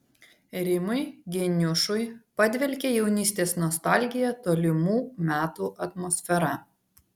rimui geniušui padvelkia jaunystės nostalgija tolimų metų atmosfera